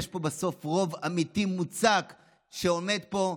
יש פה בסוף רוב אמיתי מוצק שעומד פה.